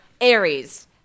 Aries